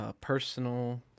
personal